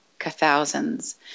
thousands